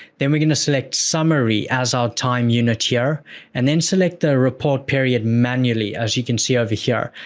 then we're going to select summary as our time unit here and then select the report period, manually, as you can see over here.